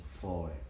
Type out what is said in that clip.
forward